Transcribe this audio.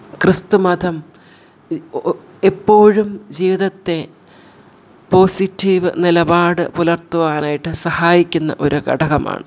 ക്രിസ്തുമതം എപ്പോഴും ജീവിതത്തെ പോസിറ്റീവ് നിലപാട് പുലർത്തുവാനായിട്ട് സഹായിക്കുന്ന ഒരു ഘടകമാണ്